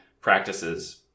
practices